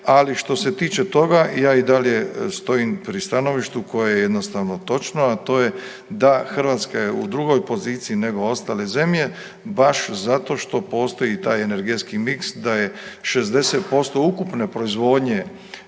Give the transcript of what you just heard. ali što se tiče toga ja i dalje stojim pri stanovištu koje je jednostavno točno, a to je da Hrvatska je u drugoj poziciji nego ostale zemlje baš zato što postoji taj energetski miks da je 60% ukupne proizvodnje